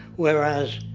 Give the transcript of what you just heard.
whereas,